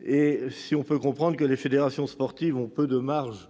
Si l'on peut comprendre que ces dernières ont peu de marge